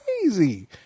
crazy